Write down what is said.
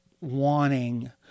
wanting